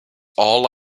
all